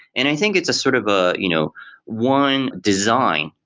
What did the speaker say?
and i think it's a sort of ah you know one design,